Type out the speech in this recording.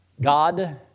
God